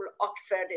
Oxford